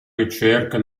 ricerca